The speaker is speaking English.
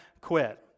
quit